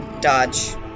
Dodge